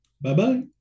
Bye-bye